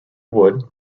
wood